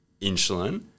insulin